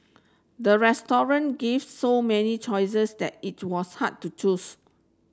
the restaurant gives so many choices that it was hard to choose